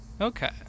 Okay